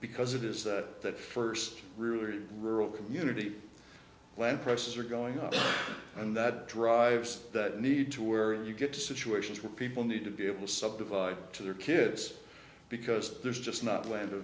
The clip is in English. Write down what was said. because it is that first rooted rural community land prices are going up and that drives that need to where you get situations where people need to be able subdivide to their kids because there's just not land